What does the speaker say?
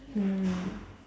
mm